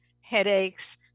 headaches